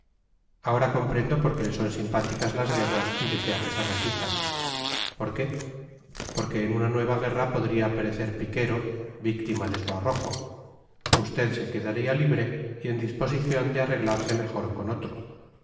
ahora comprendo por qué le son simpáticas las guerras y desea que se repitan por qué porque en una nueva guerra podría perecer piquero víctima de su arrojo usted se quedaría libre y en disposición de arreglarse mejor con otro